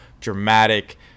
dramatic